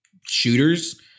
shooters